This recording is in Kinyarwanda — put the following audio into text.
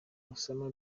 osama